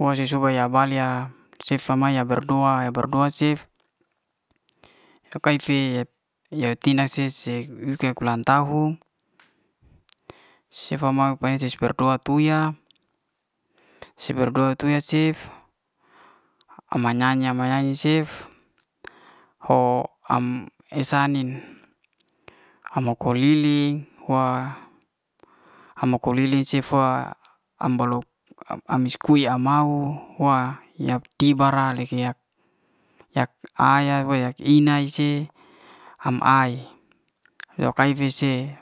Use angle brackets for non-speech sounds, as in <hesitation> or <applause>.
wa si'suba ya bal'i ya sefa mae ya berdua ya berdua cef ke ka'it fi yat ye tina si yek ulan tahun sefa mau ulan tahun si fak mau baneces berdoa tuya si berdoa tuya cef <hesitation> am manyayi am manyayi cef ho am esa ai'nin, am oko lili hua, <hesitation> am oko lili sefa am bis kue am mau wak ya tiba'ra leka yak, yah ayah na yak inai si am'ai yok kai'bi si.